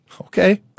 Okay